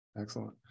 Excellent